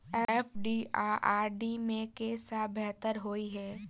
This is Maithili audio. एफ.डी आ आर.डी मे केँ सा बेहतर होइ है?